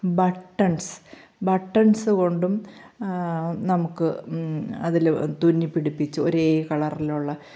buttons buttons കൊണ്ടും നമുക്ക് അതിൽ തുന്നി പിടിപ്പിച്ച് ഒരേ കളറിലുള്ള